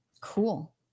Cool